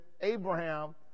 Abraham